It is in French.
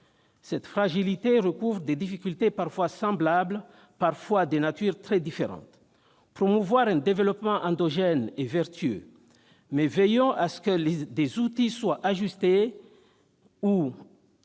Cette fragilité recouvre des difficultés parfois semblables, parfois de nature très différente. Promouvoir un développement endogène est vertueux, mais veillons à ce que des outils mal ajustés ou mal